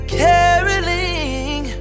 caroling